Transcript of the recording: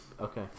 Okay